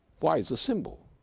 why? as a symbol,